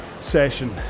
session